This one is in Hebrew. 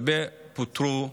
הרבה פוטרו,